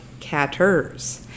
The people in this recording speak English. catters